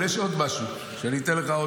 אבל יש עוד משהו שאתן לך.